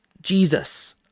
Jesus